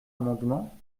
amendement